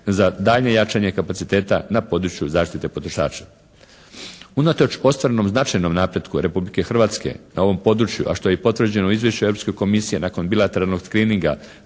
za daljnje jačanje kapaciteta na području zaštite potrošača. Unatoč ostvarenom značajnom napretku Republike Hrvatske na ovom području, a što je potvrđeno u izvješću Europske Komisije nakon bilateralnog screeninga